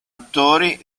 attori